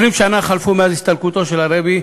20 שנה חלפו מאז הסתלקותו של הרבי,